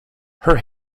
her